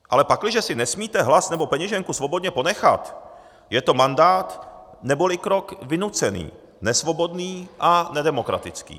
Ale pakliže si nesmíte hlas nebo peněženku svobodně ponechat, je to mandát, neboli krok vynucený, nesvobodný a nedemokratický.